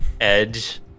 edge